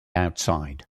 outside